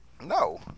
No